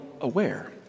aware